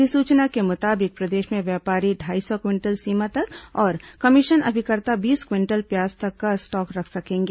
अधिसूचना के मुताबिक प्रदेश में व्यापारी ढाई सौ क्विंटल सीमा तक और कमीशन अभिकर्ता बीस क्विंटल प्याज का स्टॉक रख सकेंगे